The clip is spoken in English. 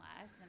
less